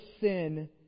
sin